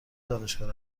دانشگاه